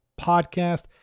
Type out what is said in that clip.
podcast